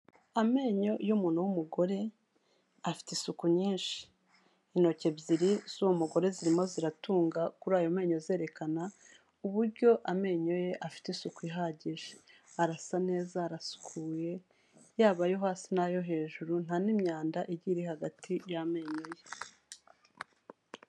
Amenyo y'umuntu w'umugore, afite isuku nyinshi, intoki ebyiri z'uwo mugore zirimo ziratunga kuri ayo menyo zerekana uburyo amenyo ye afite isuku ihagije, arasa neza, arasukuye, yaba ayo hasi n'ayo hejuru nta n'imyanda igiye iri hagati y'amenyo ye.